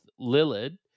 Lillard